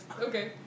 Okay